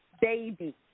baby